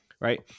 Right